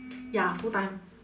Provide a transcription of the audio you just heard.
ya full time